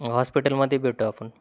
हॉस्पिटलमध्ये भेटू आपण